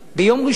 ביום ראשון,